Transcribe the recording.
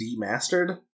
Demastered